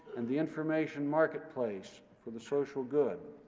and the information marketplace for the social good.